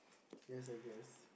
yes I guess